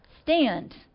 stand